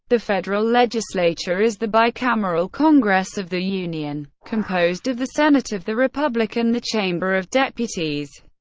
the federal legislature is the bicameral congress of the union, composed of the senate of the republic and the chamber of deputies.